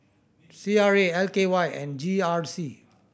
C R A L K Y and G R C